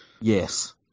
Yes